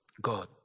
God